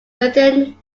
within